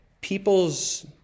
people's